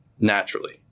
naturally